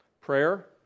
Prayer